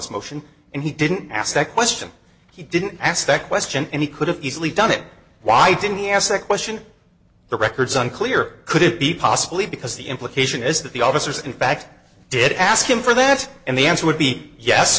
this motion and he didn't ask that question he didn't ask that question and he could have easily done it why didn't he ask that question the records unclear could it be possibly because the implication is that the officers in fact did ask him for that and the answer would be yes